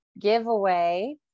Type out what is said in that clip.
giveaway